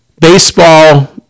baseball